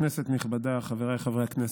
כנסת נכבדה, חבריי חברי הכנסת,